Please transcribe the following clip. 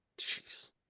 Jeez